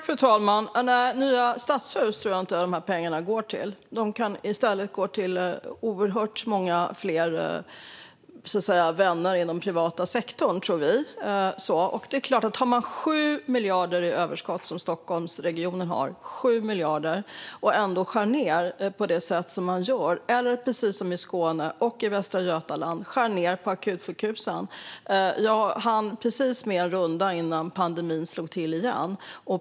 Fru talman! Nej, nya stadshus tror jag inte att de här pengarna går till. De kan i stället gå till oerhört många fler vänner i den privata sektorn, tror vi. Stockholmsregionen har 7 miljarder i överskott och skär ändå ned på akutsjukhusen. Det är på samma sätt i Skåne och Västra Götaland. Jag hann precis med att göra en runda innan pandemin slog till igen.